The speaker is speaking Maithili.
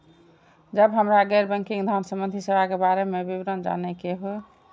जब हमरा गैर बैंकिंग धान संबंधी सेवा के बारे में विवरण जानय के होय?